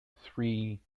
three